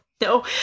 No